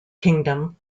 kingdom